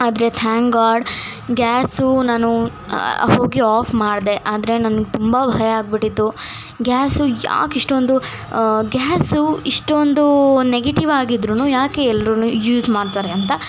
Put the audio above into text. ಆದರೆ thank God gas ನಾನು ಹೋಗಿ ಆಫ್ ಮಾಡಿದೆ ಆದರೆ ನನ್ಗೆ ತುಂಬ ಭಯ ಆಗಿಬಿಟ್ಟಿತ್ತು ಗ್ಯಾಸು ಯಾಕೆ ಇಷ್ಟೊಂದು ಗ್ಯಾಸು ಇಷ್ಟೊಂದು ನೆಗೆಟಿವ್ ಆಗಿದ್ರು ಯಾಕೆ ಎಲ್ರೂ ಯೂಸ್ ಮಾಡ್ತಾರೆ ಅಂತ